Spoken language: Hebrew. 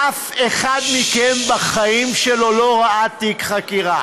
אף אחד מכם בחיים שלו לא ראה תיק חקירה.